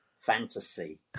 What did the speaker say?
fantasy